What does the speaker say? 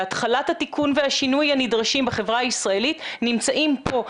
להתחלת התיקון והשינוי הנדרשים בחברה הישראלית נמצאים פה.